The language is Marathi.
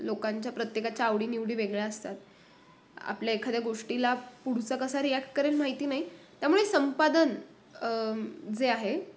लोकांच्या प्रत्येकाच्या आवडी निवडी वेगळ्या असतात आपल्या एखाद्या गोष्टीला पुढचा कसा रिॲक्ट करेल माहिती नाही त्यामुळे संपादन जे आहे